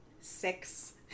Six